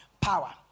power